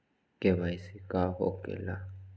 KYC का हो के ला?